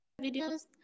videos